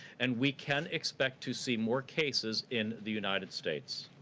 and we can expect to see more cases in the united states.